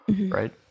right